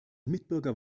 mitbürger